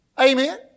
Amen